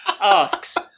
Asks